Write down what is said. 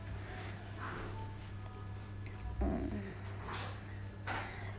mm